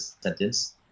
sentence